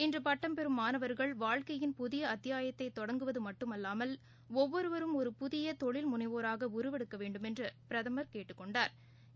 இன்றபட்டம் பெறும் மாணவர்கள் வாழ்க்கையின் புதியஅத்தியாயத்தைதொடங்குவதுமட்டுமல்லாமல் ஒவ்வொருவரும் ஒரு புதியதொழில் முனைவோராகஉருவெடுக்கவேண்டுமென்றுபிரதமர் கேட்டுக் கொண்டாா்